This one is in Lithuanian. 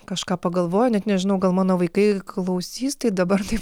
kažką pagalvojo net nežinau gal mano vaikai klausys tai dabar taip